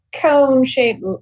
cone-shaped